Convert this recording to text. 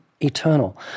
Eternal